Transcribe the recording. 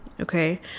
okay